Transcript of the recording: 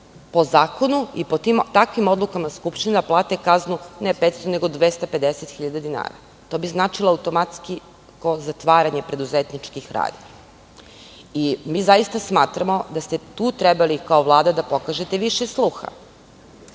po zakonu i takvim odlukama skupština da plate kaznu ne 500 nego 250 hiljada dinara. To bi značilo automatski zatvaranje preduzetničkih radnji. Zaista smatramo da ste tu trebali kao Vlada da pokažete više sluha,